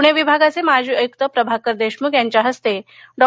पुणे विभागाचे माजी आयुक्त प्रभाकर देशमुख यांच्या हस्ते डॉ